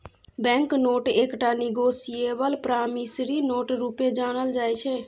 bank note एकटा negotiable promissory note रुपे जानल जाइ छै